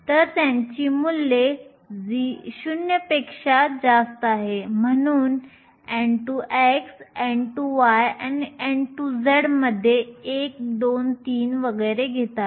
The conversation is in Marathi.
तर त्यांची मूल्ये 0 पेक्षा जास्त आहे म्हणून nx2 ny2 आणि nz2 मूल्ये 1 2 3 वगैरे घेतात